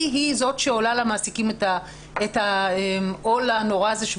היא זאת שעולה למעסיקים את העול הנורא הזה.